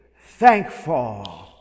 thankful